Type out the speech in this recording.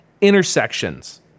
intersections